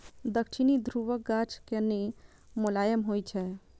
दक्षिणी ध्रुवक गाछ कने मोलायम होइ छै